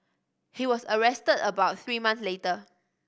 he was arrested about three months later